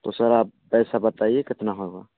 तो सर आप पैसा बताइए कितना होगा